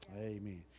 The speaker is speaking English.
Amen